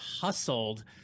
hustled